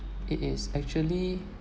it is actually